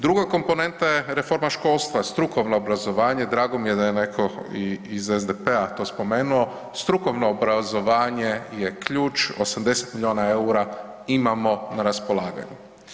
Druga komponenta je reforma školstva, strukovno obrazovanje, drago mi je da je neko i iz SDP-a to spomenuo, strukovno obrazovanje je ključ 80 miliona EUR-a imamo na raspolaganju.